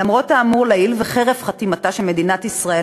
למרות האמור לעיל וחרף חתימתה של מדינת ישראל